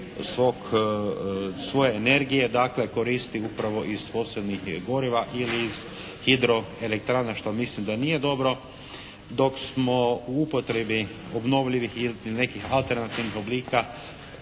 svoje energije dakle koristi upravo iz posebnih goriva ili iz hidroelektrana što mislim da nije dobro, dok smo u upotrebi obnovljivih ili nekih alternativnih oblika